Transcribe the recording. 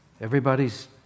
everybody's